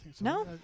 No